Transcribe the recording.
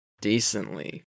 Decently